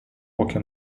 поки